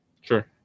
Sure